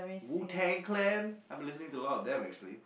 Wu-Tang-Clan I'm listening to a lot of them actually